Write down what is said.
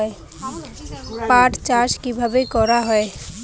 পাট চাষ কীভাবে করা হয়?